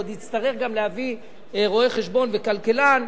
עוד יצטרך גם להביא רואה-חשבון וכלכלן.